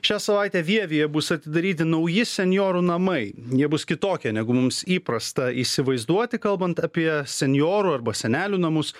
šią savaitę vievyje bus atidaryti nauji senjorų namai jie bus kitokie negu mums įprasta įsivaizduoti kalbant apie senjorų arba senelių namus